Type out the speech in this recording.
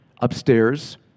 upstairs